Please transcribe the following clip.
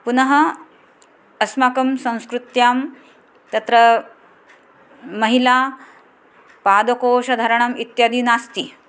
पुनः अस्माकं संस्कृत्यां तत्र महिला पादकोषधरणम् इत्यादि नास्ति